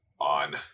on